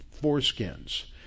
foreskins